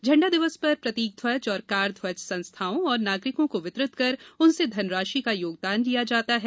झण्डा दिवस पर प्रतीक ध्वज एवं कार ध्वज संस्थाओं और नागरिकों को वितरित कर उनसे धन राशि का योगदान लिया जाता है